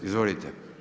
Izvolite.